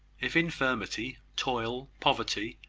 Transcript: if infirmity, toil, poverty,